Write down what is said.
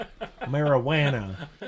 Marijuana